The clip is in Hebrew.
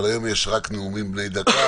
אבל היום יש רק נאומים בני דקה,